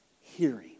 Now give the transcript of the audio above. hearing